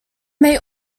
may